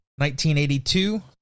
1982